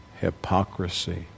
hypocrisy